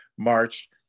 March